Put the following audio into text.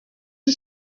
une